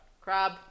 Crab